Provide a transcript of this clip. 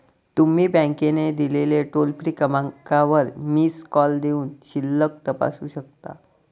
तुम्ही बँकेने दिलेल्या टोल फ्री क्रमांकावर मिस कॉल देऊनही शिल्लक तपासू शकता